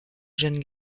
jeune